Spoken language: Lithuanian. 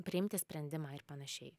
priimti sprendimą ir panašiai